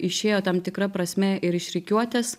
išėjo tam tikra prasme ir iš rikiuotės